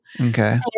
Okay